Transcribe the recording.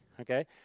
okay